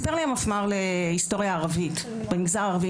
סיפר לי המפמ"ר להיסטוריה ערבית במגזר הערבי,